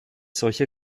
solcher